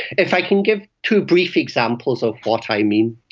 if i can give two brief examples of what i mean.